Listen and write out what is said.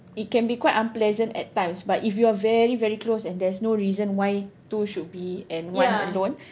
it can be quite unpleasant at times but if you are very very close and there's no reason why two should be and one alone